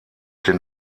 den